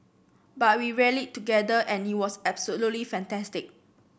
but we rallied together and it was absolutely fantastic